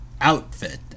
outfit